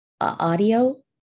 audio